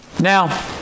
now